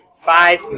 Five